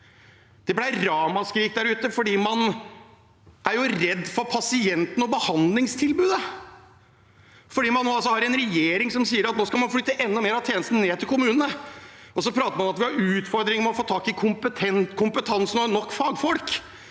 Det ble ramaskrik der ute fordi man er redd for pasienten og behandlingstilbudet, fordi man nå altså har en regjering som sier at man skal flytte enda mer av tjenestene ned til kommunene. Så prater man om at vi har utfordringer med å få tak i kompetansen og nok fagfolk.